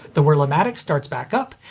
the wurlamatic starts back up,